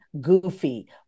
goofy